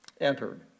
entered